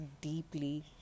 deeply